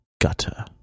gutter